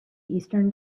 eastern